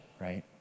right